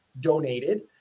donated